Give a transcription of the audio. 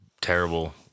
terrible